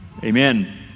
Amen